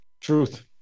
Truth